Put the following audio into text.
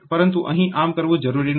પરંતુ અહીં આમ કરવું જરૂરી નથી